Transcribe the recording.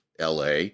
LA